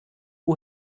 who